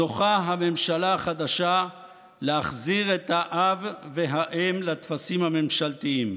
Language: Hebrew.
זוכה הממשלה החדשה להחזיר את האב והאם לטפסים הממשלתיים.